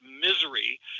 misery